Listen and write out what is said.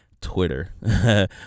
Twitter